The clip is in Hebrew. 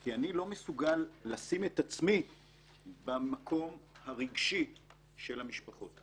כי אני לא מסוגל לשים את עצמי במקום הרגשי של המשפחות.